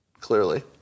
clearly